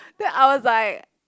then I was like